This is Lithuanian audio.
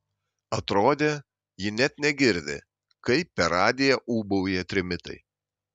atrodė ji net negirdi kaip per radiją ūbauja trimitai